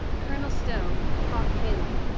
colonel stow, a thought paler,